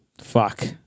Fuck